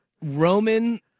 Roman